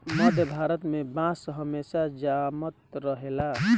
मध्य भारत में बांस हमेशा जामत रहेला